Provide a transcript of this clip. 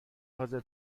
حاضر